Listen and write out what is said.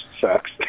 sucks